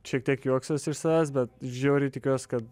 šiek tiek juoksiuos iš savęs bet žiauriai tikiuos kad